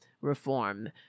reform